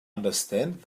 understand